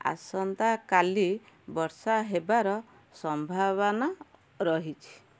ଆସନ୍ତାକାଲି ବର୍ଷା ହେବାର ସମ୍ଭାବନା ରହିଛି